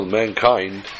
mankind